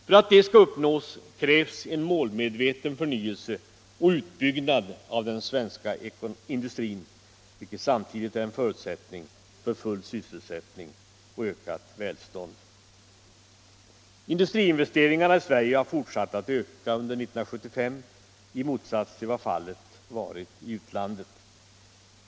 För att detta skall uppnås krävs en målmedveten förnyelse och utbyggnad av den svenska industrin, vilket samtidigt är en förutsättning för full sysselsättning och ökat välstånd. Industriinvesteringarna i Sverige har fortsatt att öka under 1975 i motsats till vad fallet varit i utlandet.